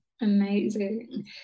Amazing